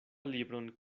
libron